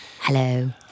Hello